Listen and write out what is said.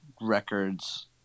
records